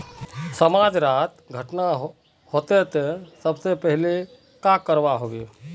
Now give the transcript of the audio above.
समाज डात घटना होते ते सबसे पहले का करवा होबे?